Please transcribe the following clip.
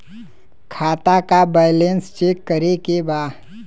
खाता का balance check करे के बा?